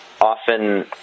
often